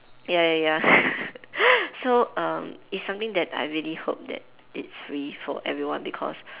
ya ya ya so um it's something that I really hope that it's free for everyone because